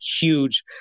huge